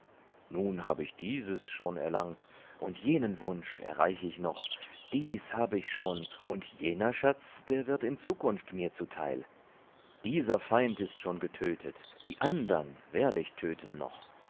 nun hab ich dieses schon erlangt und jenen wunsch erreich ich noch dies hab ich schon und jener schatz der wird in zukunft mir zuteil dieser feind ist schon getötet die andern werd ich töten noch